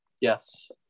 Yes